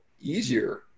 easier